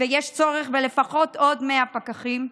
ויש צורך לפחות בעוד 100 פקחים,